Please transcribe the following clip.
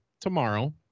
tomorrow